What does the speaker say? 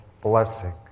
blessing